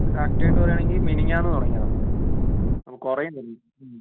correct ആയിട്ട് പറയാണെങ്കിൽ മിനിഞ്ഞാന്ന് തുടങ്ങിയതാണ് അപ്പം കുറയുന്നില്ല